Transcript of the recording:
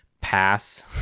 pass